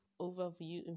overview